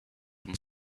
and